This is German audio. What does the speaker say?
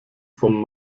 vom